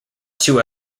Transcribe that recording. two